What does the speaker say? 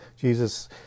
Jesus